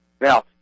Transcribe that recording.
Now